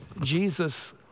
Jesus